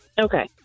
Okay